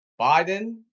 Biden